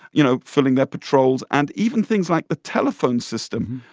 you know, filling their patrols and even things like the telephone system,